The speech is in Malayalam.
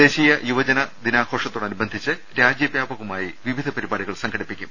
ദേശീയ യുവജനദിനാഘോഷത്തോടനുബന്ധിച്ച് രാജൃവ്യാപകമായി വിവിധ പരിപാടികൾ സംഘടിപ്പിക്കും